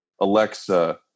Alexa